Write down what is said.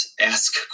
ask